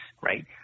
right